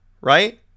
right